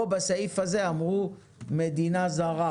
פה בסעיף הזה אמרו מדינה זרה,